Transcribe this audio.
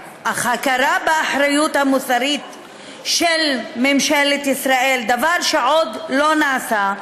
אך הכרה באחריות המוסרית של ממשלת ישראל היא דבר שעוד לא נעשה,